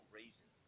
reason